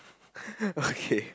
okay